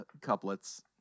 couplets